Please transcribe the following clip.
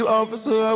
officer